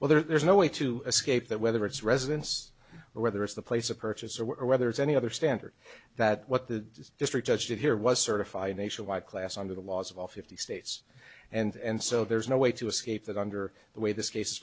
well there's no way to escape that whether it's residents or whether it's the place of purchase or whether it's any other standard that what the district judge did here was certified nationwide class under the laws of all fifty states and so there's no way to escape that under the way this case